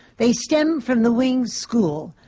they stem from the wing's school.